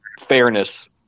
fairness